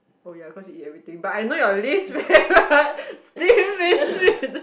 oh ya cause you eat everything but I know your least favourite steam